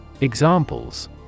Examples